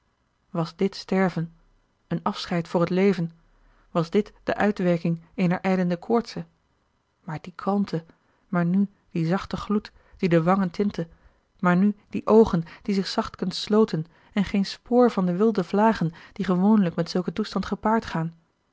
was dit sterven een afscheid voor het leven was dit de uitwerking eener ijlende koortse maar die kalmte maar nu die zachte gloed die de wangen tintte maar nu die oogen die zich zachtkens sloten en geen spoor van de wilde vlagen die gewoonlijk met zulken toestand gepaard gaan